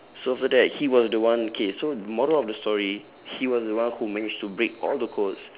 so after that he was the one okay so moral of the story he was the one who manage to break all the codes